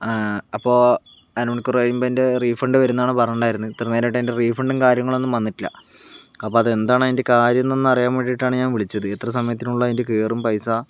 ആ അപ്പോൾ അര മണിക്കൂറ് കഴിയുമ്പോൾ അതിൻ്റെ റീഫണ്ട് വരുംന്നാ പറഞ്ഞിണ്ടായിരുന്നത് ഇത്ര നേരയിട്ട് അയിൻ്റെ റീഫണ്ടും കാര്യങ്ങളൊന്നും വന്നിട്ടില്ല അപ്പതെന്താണ് അതിൻ്റെ കാര്യം എന്നൊന്നറിയാൻ വേണ്ടീട്ടാണ് ഞാൻ വിളിച്ചത് എത്ര സമയത്തിനുള്ളിൽ അതിൻ്റെ കയറും പൈസ